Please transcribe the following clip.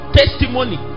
testimony